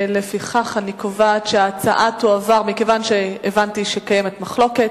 מכיוון שהבנתי שקיימת מחלוקת,